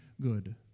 good